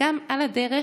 וגם על הדרך